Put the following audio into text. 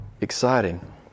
Exciting